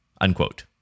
unquote